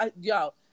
Yo